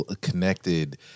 connected